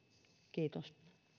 kiitos